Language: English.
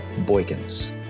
Boykins